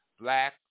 black